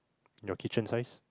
your kitchen size